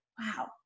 wow